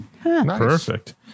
Perfect